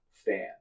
stand